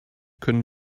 können